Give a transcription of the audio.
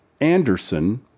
Anderson